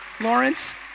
Lawrence